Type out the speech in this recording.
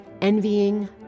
envying